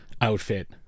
outfit